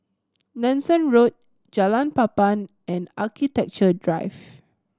Nanson Road Jalan Papan and Architecture Drive